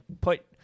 put